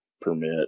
permit